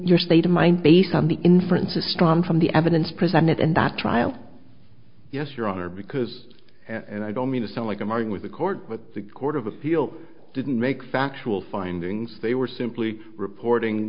your state of mind based on the inference is strong from the evidence presented in that trial yes your honor because and i don't mean to sound like a mark with the court but the court of appeal didn't make factual findings they were simply reporting